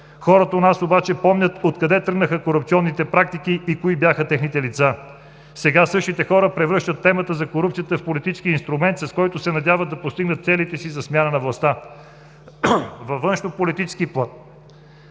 Хората у нас обаче помнят откъде тръгнаха корупционните практики и кои бяха техните лица. Сега същите хора превръщат темата за корупцията в политически инструмент, с който се надяват да постигнат целите си за смяна на властта. Във външнополитически план